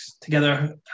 together